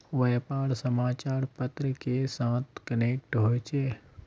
व्यापार समाचार पत्र के साथ कनेक्ट होचे?